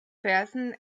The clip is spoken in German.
versen